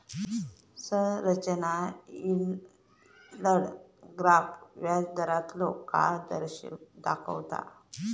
संरचना yield graph व्याजदारांतलो काळ दाखवता